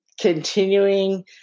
continuing